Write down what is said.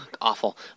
Awful